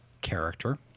character